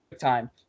time